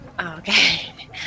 Okay